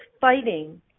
fighting